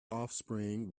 offspring